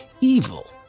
evil